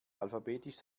alphabetisch